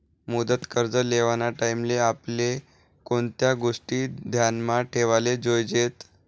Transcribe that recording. मुदत कर्ज लेवाना टाईमले आपले कोणत्या गोष्टी ध्यानमा ठेवाले जोयजेत